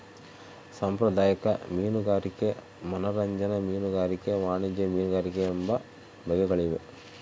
ಸಾಂಪ್ರದಾಯಿಕ ಮೀನುಗಾರಿಕೆ ಮನರಂಜನಾ ಮೀನುಗಾರಿಕೆ ವಾಣಿಜ್ಯ ಮೀನುಗಾರಿಕೆ ಎಂಬ ಬಗೆಗಳಿವೆ